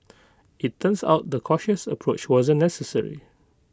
IT turns out the cautious approach wasn't necessary